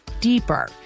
deeper